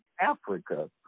Africa